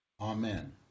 Amen